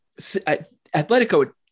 Atletico